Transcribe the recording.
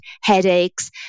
headaches